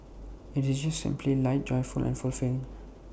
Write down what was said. IT is just simply light joyful and fulfilling